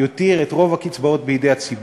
יותיר את רוב הקצבאות בידי הציבור.